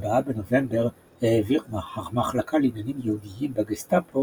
ב-4 בנובמבר העבירה המחלקה לעניינים יהודיים בגסטאפו